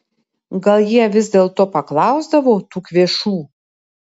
gal jie vis dėlto paklausdavo tų kvėšų